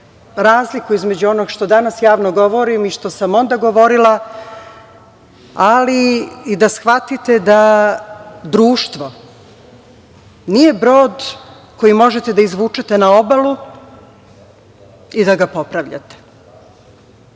razliku između onog što danas javno govorim i što sam onda govorila, ali i da shvatite da društvo nije brod koji možete da izvučete na obalu i da ga popravljate.